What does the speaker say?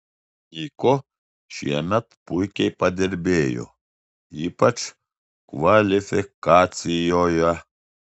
niko šiemet puikiai padirbėjo ypač kvalifikacijoje